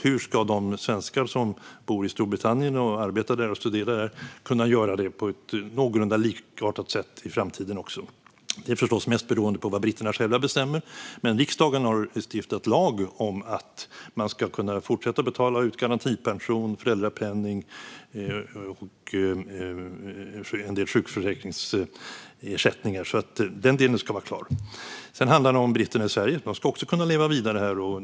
Hur ska de svenskar som bor, arbetar eller studerar i Storbritannien kunna göra det på ett någorlunda likartat sätt även i framtiden? Det är förstås mest beroende av vad britterna själva bestämmer, men riksdagen har stiftat lag om att fortsätta betala ut garantipension och föräldrapenning samt en del sjukförsäkringsersättningar. Den delen ska vara klar. Det andra handlar om britterna i Sverige. De ska också kunna leva vidare här.